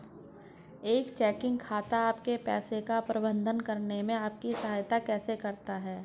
एक चेकिंग खाता आपके पैसे का प्रबंधन करने में आपकी सहायता कैसे कर सकता है?